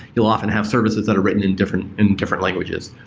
you'll often have services that are written in different in different languages.